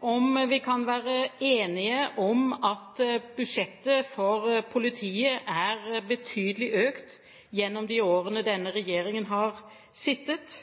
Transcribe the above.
Om vi kan være enige om at budsjettet for politiet er betydelig økt gjennom de årene denne regjeringen har sittet,